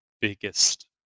biggest